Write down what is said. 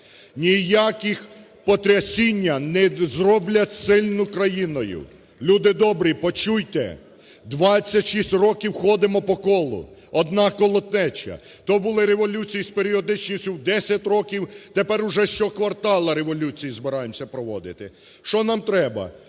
ніякі потрясіння не зроблять сильною країну. Люди добрі, почуйте! 26 років ходимо по колу, одна колотнеча, то були революції з періодичністю в 10 років, тепер уже щокварталу революції збираємося проводити. Що нам треба: